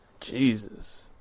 Jesus